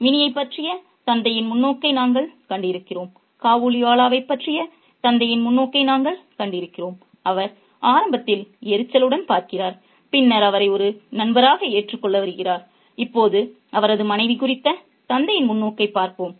மினியைப் பற்றிய தந்தையின் முன்னோக்கை நாங்கள் கண்டிருக்கிறோம் காபூலிவாலாவைப் பற்றிய தந்தையின் முன்னோக்கை நாங்கள் கண்டிருக்கிறோம் அவர் ஆரம்பத்தில் எரிச்சலுடன் பார்க்கிறார் பின்னர் அவரை ஒரு நண்பராக ஏற்றுக் கொள்ள வருகிறார் இப்போது அவரது மனைவி குறித்த தந்தையின் முன்னோக்கைப் பார்ப்போம்